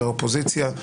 מהאופוזיציה.